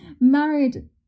Married